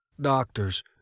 doctors